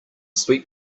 sweet